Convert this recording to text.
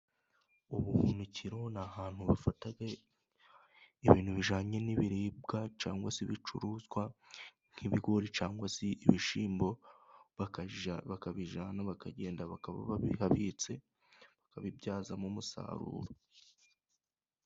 Ubuhunikiro ni ahantu bafata ibintu bijyanye n'ibiribwa cyangwa se bicuruzwa nk'ibigori cyangwa se ibishyimbo, bakabijyana hano, bakagenda bakaba babihabitse, bakabibyazamo umusaruro.